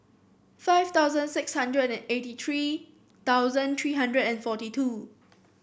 five thousand six hundred and eighty three thousand three hundred and forty two